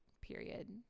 period